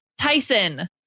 Tyson